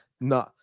No